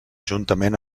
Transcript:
juntament